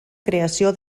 creació